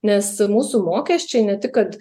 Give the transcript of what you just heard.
nes mūsų mokesčiai ne tik kad